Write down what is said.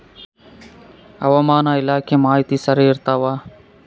ಹವಾಮಾನ ಇಲಾಖೆ ಮಾಹಿತಿ ಸರಿ ಇರ್ತವ?